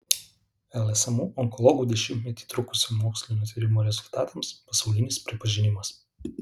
lsmu onkologų dešimtmetį trukusio mokslinio tyrimo rezultatams pasaulinis pripažinimas